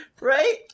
Right